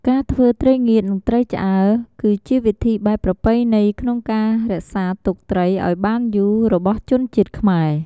ការធ្វើត្រីងៀត និងត្រីឆ្អើរ គឺជាវិធីបែបប្រពៃណីក្នុងការរក្សាទុកត្រីឱ្យបានយូររបស់ជនជាតិខ្មែរ។